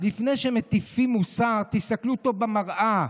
אז לפני שמטיפים מוסר, תסתכלו טוב במראה,